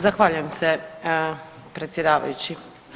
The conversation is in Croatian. Zahvaljujem se predsjedavajući.